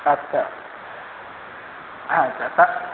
আচ্ছা আচ্ছা তা